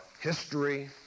history